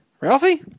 Ralphie